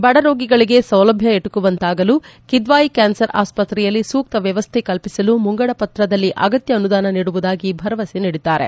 ಬಡ ರೋಗಿಗಳಿಗೆ ಸೌಲಭ್ಞ ಎಟುಕುವಂತಾಗಲು ಕಿದ್ವಾಯಿ ಕ್ಷಾನ್ಸರ್ ಆಸ್ಪತ್ರೆಯಲ್ಲಿ ಸೂಕ್ಷ ವ್ಯವಸ್ಥೆ ಕಲ್ಪಿಸಲು ಮುಂಗಡ ಪತ್ರದಲ್ಲಿ ಅಗತ್ತ ಅನುದಾನ ನೀಡುವುದಾಗಿ ಭರವಸೆ ನೀಡಿದ್ದಾರೆ